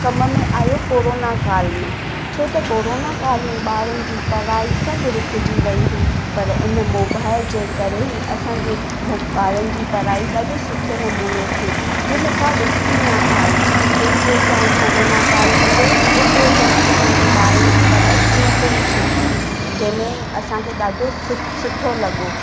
कम में आयो कोरोना काल में छो त कोरोना काल में ॿारनि जी पढ़ाई सभु रुकिजी वई हुई पर इन मोबाइल जे करे ई असांजे ॿारनि जी पढ़ाई ॾाढे सुठे नमूने थी जंहिंमें का विथी न आई जेतिरो टाइम कोरोना काल हलियो ओतिरो टाइम असांजे ॿारनि जी पढ़ाई इन ते ई थी जंहिंमें असांखे ॾाढो सुठो लॻो